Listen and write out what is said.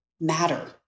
matter